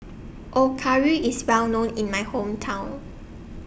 Okayu IS Well known in My Hometown